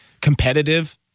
competitive